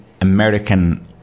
american